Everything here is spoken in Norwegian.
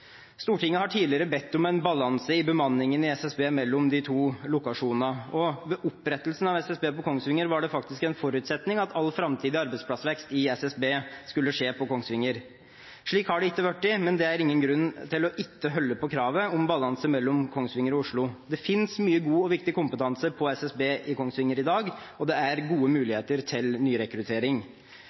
Stortinget har tidligere bedt om en balanse i bemanningen i SSB mellom de to lokasjonene, og ved opprettelsen av SSB på Kongsvinger var det faktisk en forutsetning at all framtidig arbeidsplassvekst i SSB skulle skje på Kongsvinger. Slik har det ikke blitt, men det er ingen grunn til ikke å holde på kravet om balanse mellom Kongsvinger og Oslo. Det finnes mye god og viktig kompetanse på SSB i Kongsvinger i dag, og det er gode muligheter til nyrekruttering.